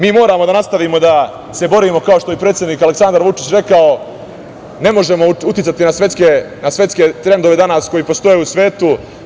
Mi moramo da nastavimo da se borimo, kao što je predsednik Aleksandar Vučić rekao, ne možemo uticati na svetske trendove koji danas postoje u svetu.